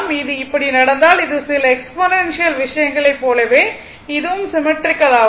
இது இப்படி நடந்தால் இது சில எக்ஸ்பொனென்ஷியல் விஷயங்களைப் போலவே இதுவும் சிம்மெட்ரிக்கல் ஆகும்